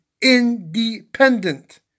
independent